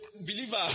believer